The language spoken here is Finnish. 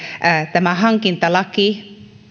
tämä hankintalaki